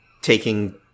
taking